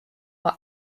are